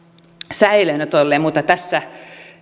säilöönotoille mutta tässä